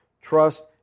trust